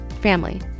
family